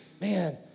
Man